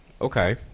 Okay